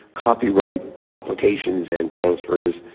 copyright applications and transfers.